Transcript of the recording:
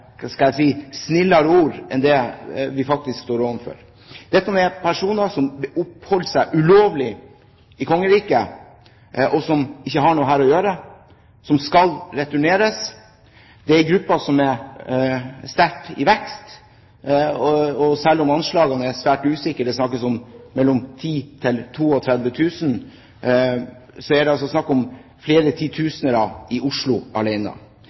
skal jeg si – snillere ord enn det som er faktum. Personer som oppholder seg ulovlig i kongeriket, og som ikke har noe her å gjøre, som skal returneres, er en gruppe som er sterkt i vekst. Selv om anslagene er svært usikre – det snakkes om mellom 10 000 og 32 000 – er det altså snakk om flere titusener i Oslo